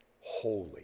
holy